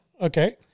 Okay